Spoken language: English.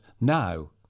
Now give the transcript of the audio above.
now